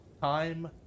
time